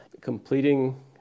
completing